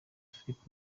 philippe